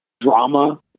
drama